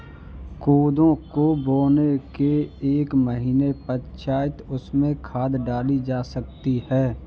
कोदो को बोने के एक महीने पश्चात उसमें खाद डाली जा सकती है